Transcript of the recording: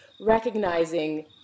recognizing